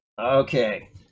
Okay